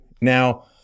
Now